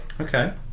Okay